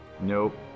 Nope